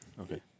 Okay